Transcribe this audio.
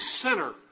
center